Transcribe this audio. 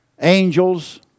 angels